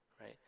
right